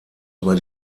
über